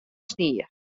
snie